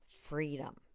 freedom